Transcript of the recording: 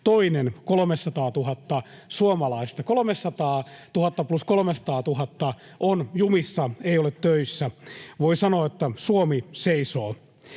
toiset 300 000 suomalaista — 300 000 plus 300 000 on jumissa, ei ole töissä. Voi sanoa, että Suomi seisoo.